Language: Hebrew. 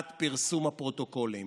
עד פרסום הפרוטוקולים.